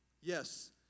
Yes